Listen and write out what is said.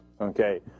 Okay